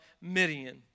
Midian